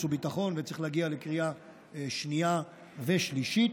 וביטחון וצריך להגיע לקריאה שנייה ושלישית,